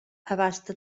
abasta